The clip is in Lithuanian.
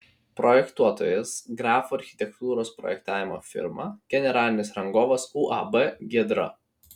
projektuotojas grafo architektūros projektavimo firma generalinis rangovas uab giedra